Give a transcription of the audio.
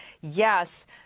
yes